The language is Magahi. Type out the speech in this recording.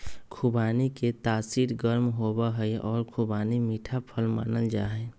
खुबानी के तासीर गर्म होबा हई और खुबानी मीठा फल मानल जाहई